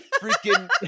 Freaking